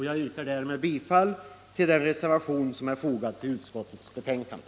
Jag yrkar därmed bifall till den reservation som är fogad till utskottets betänkande.